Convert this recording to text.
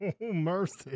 mercy